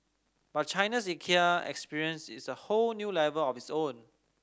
but China's Ikea experience is a whole new level of its own